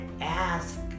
ask